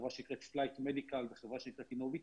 - חברה שנקראת "פלייט מדיקל" וחברה שנקראת "אינוויטק",